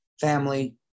family